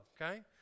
okay